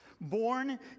born